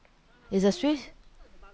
it's a swiss